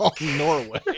Norway